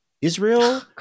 Israel